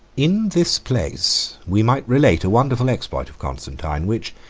in this place we might relate a wonderful exploit of constantine, which,